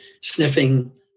sniffing